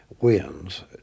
wins